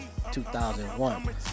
2001